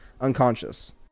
unconscious